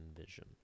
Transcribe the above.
vision